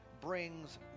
brings